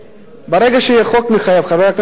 ברגע שיהיה חוק מחייב, חבר הכנסת כבל,